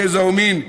גזע ומין.